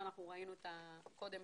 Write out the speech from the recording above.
רוסית וכולי.